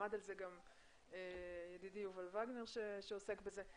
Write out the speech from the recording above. עמד על זה גם ידידי יובל וגנר שעושה בזה.